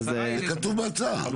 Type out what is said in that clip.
כתוב בהצעה.